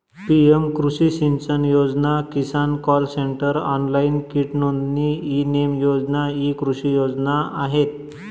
PM कृषी सिंचन योजना, किसान कॉल सेंटर, ऑनलाइन कीट नोंदणी, ई नेम योजना इ कृषी योजना आहेत